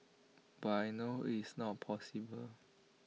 but I know IT is not possible